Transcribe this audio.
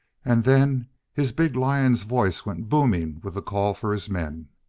and then his big lion's voice went booming with the call for his men.